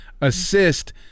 assist